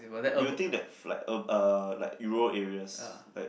you will think that flight uh ah like Euro areas like